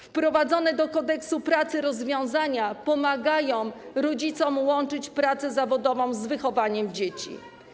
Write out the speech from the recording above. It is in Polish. Wprowadzone do Kodeksu pracy rozwiązania pomagają rodzicom łączyć pracę zawodową z wychowaniem dzieci.